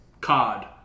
cod